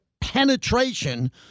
penetration